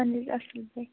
اَہَن حظ اَصٕل پٲٹھۍ